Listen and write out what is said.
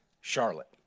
Charlotte